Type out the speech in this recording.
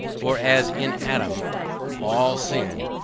for as in adam all sinned,